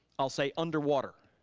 i'll say underwater.